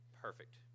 perfect